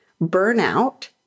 burnout